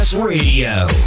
Radio